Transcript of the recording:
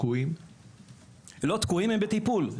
לא תקועים, הם בטיפול.